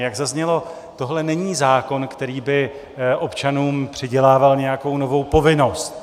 Jak zaznělo, tohle není zákon, který by občanům přidělával nějakou novou povinnost.